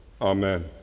Amen